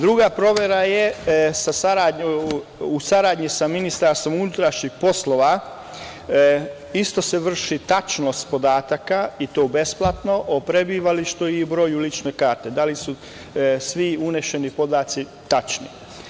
Druga provera je u saradnji sa Ministarstvom unutrašnjih poslova, isto se vrši tačnost podataka, i to besplatno, o prebivalištu i broju lične karte, da li su svi unešeni podaci tačni.